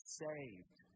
saved